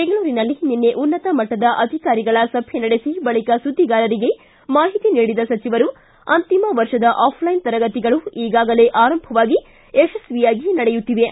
ಬೆಂಗಳೂರಿನಲ್ಲಿ ನಿನ್ನೆ ಉನ್ನತ ಮಟ್ಟದ ಅಧಿಕಾರಿಗಳ ಸಭೆ ನಡೆಸಿ ಬಳಕ ಸುದ್ದಿಗಾರರಿಗೆ ಮಾಹಿತಿ ನೀಡಿದ ಸಚಿವರು ಅಂತಿಮ ವರ್ಷದ ಆಫ್ಲೈನ್ ತರಗತಿಗಳು ಈಗಾಗಲೇ ಆರಂಭವಾಗಿ ಯಶಸ್ವಿಯಾಗಿ ನಡೆಯುತ್ತಿವೆ